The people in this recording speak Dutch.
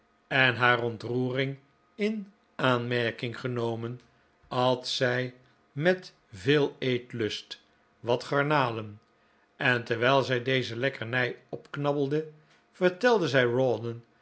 en haar ontroering in aanmerking genomen at zij met veel eetlust wat garnalen en terwijl zij deze lekkernij opknabbelde vertelde zij